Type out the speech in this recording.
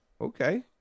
Okay